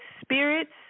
spirits